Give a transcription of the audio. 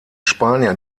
spanier